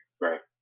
Right